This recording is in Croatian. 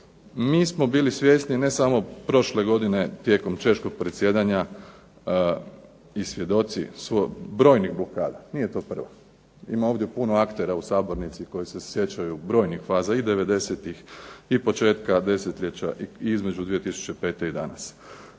Mi smo bili svjesni ne samo prošle godine tijekom češkog predsjedanja i svjedoci brojnih blokada. Nije to prva. Ima ovdje puno aktera u sabornici koji se sjećaju brojnih faza i devedesetih i početka desetljeća i između 2005. i danas.